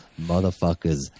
Motherfuckers